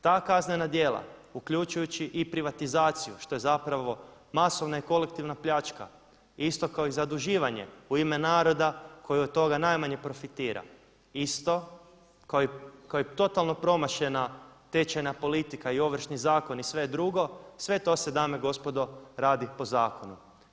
Ta kaznena djela, uključujući i privatizaciju, što je zapravo masovna i kolektivna pljačka isto kao i zaduživanje u ime naroda koji od toga najmanje profitira isto kao i totalno promašena tečajna politika i Ovršni zakon i sve drugo sve to se dame i gospodo radi po zakonu.